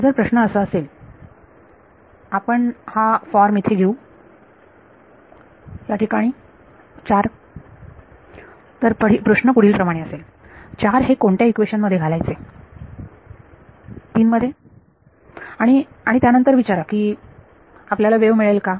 जर प्रश्न असा असेल आपण हा फॉर्म इथे घेऊ या ठिकाणी 4 तर प्रश्न पुढील प्रमाणे असेल 4 हे कोणत्या इक्वेशन मध्ये घालायचे 3 मध्ये आणि आणि त्यानंतर विचारा की आपल्याला वेव्ह मिळेल का